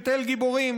לתל גיבורים,